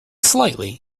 slightly